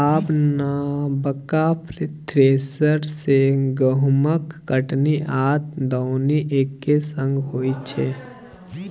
आब नबका थ्रेसर सँ गहुँमक कटनी आ दौनी एक्के संग होइ छै